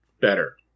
better